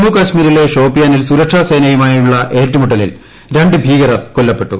ജമ്മുകശ്മീരിലെ ഷോപ്പിയാനിൽ സുരക്ഷാസേനയുമായുണ്ടായി ഏറ്റുമുട്ടലിൽ രണ്ട് ഭീകരർ കൊല്ലപ്പെട്ടു